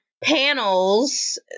panels